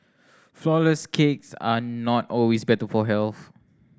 flourless cakes are not always better for health